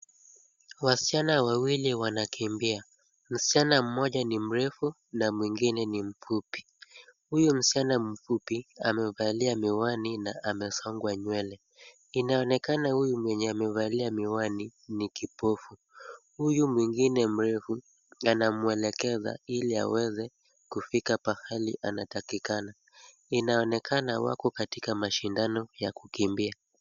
Wasichana wawili wanakimbia, msichana mmoja ni mrefu na mwingine ni mfupi. Huyo msichana mfupi amevalia miwani na amesongwa nywele. Inaonekana huyu mwenye amevalia miwani ni kipofu . Huyu mwingine mrefu anamwelekeza ili aweze kufika pahali anatakikana, inaonekana wako katika mashindano ya kukimbia.